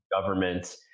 government